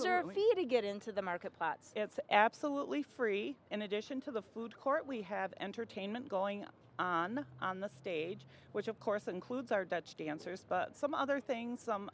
to get into the marketplace it's absolutely free in addition to the food court we have entertainment going on on the stage which of course includes our dutch dancers but some other things some